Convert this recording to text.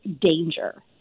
danger